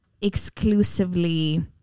exclusively